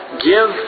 give